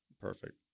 Perfect